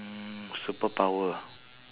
mm superpower